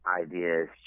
ideas